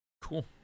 Cool